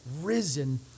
risen